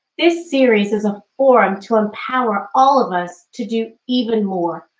this series is a forum to empower all of us to do even more.